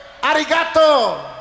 Arigato